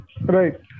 Right